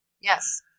Yes